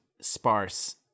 sparse